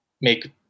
make